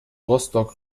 rostock